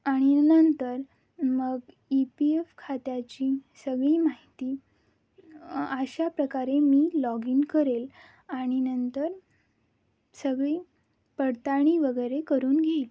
आणि नंतर मग ई पी एफ खात्याची सगळी माहिती अशा प्रकारे मी लॉग इन करेल आणि नंतर सगळी पडताळणी वगैरे करून घेईल